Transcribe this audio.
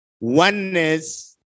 oneness